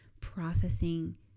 processing